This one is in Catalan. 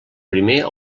primer